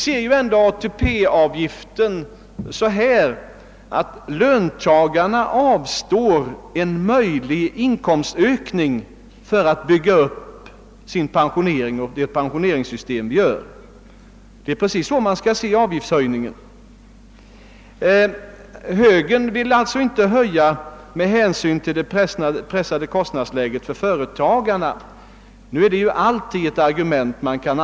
ATP-avgifterna innebär, att löntagarna för att bygga upp sin pensionering avstår från en motsvarande löneökning. Det är precis så man skall se även denna avgiftshöjning. Högern vill med hänsyn till det pressade kostnadsläget för företagarna inte höja ATP-avgiften.